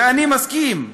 ואני מסכים,